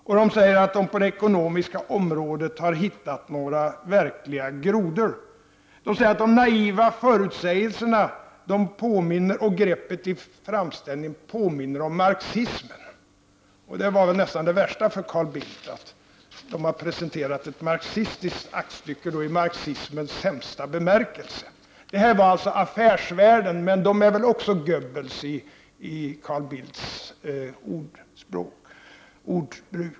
Man skriver också att man på det ekonomiska området har hittat några verkliga grodor. Man säger att de naiva förutsägelserna och greppet i framställningen påminner om marxismen, och det är väl nästan det värsta för Carl Bildt: moderaterna har presterat ett aktstycke som påminner läsarna om marxismen i dess sämsta bemärkelse. Detta var alltså hämtat ur Affärsvärlden — men också den är väl Göbbelskt oärlig enligt Carl Bildts terminologi.